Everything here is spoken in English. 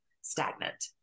stagnant